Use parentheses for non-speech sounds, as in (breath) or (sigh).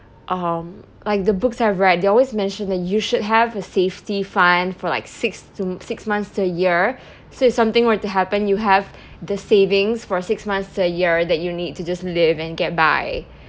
um like the books I read they always mentioned that you should have a safety fund for like six to six months to a year (breath) so if something were to happen you have the savings for six months to a year that you need to just live and get by